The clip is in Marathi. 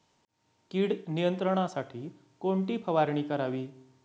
कीड नियंत्रणासाठी कोणती फवारणी करावी?